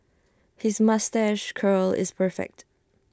his moustache curl is perfect